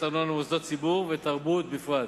הארנונה למוסדות ציבור ותרבות בפרט.